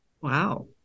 Wow